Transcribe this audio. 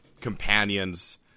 companions